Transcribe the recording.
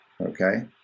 okay